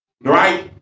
Right